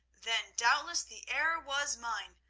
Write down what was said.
then doubtless the error was mine,